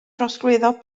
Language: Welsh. trosglwyddo